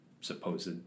supposed